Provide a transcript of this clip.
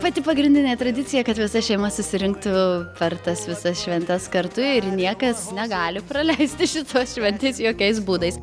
pati pagrindinė tradicija kad visa šeima susirinktų per tas visas šventes kartu ir niekas negali praleisti šitos šventės jokiais būdais